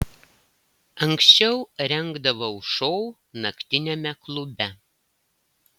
anksčiau rengdavau šou naktiniame klube